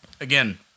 Again